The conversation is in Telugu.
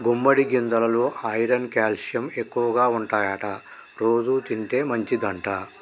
గుమ్మడి గింజెలల్లో ఐరన్ క్యాల్షియం ఎక్కువుంటాయట రోజు తింటే మంచిదంట